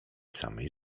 samej